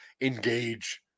engage